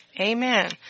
Amen